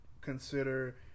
consider